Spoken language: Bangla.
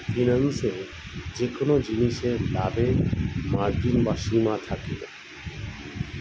ফিন্যান্সে যেকোন জিনিসে লাভের মার্জিন বা সীমা থাকে